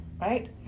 right